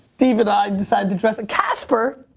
steve and i decided to dress. and casper,